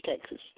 Texas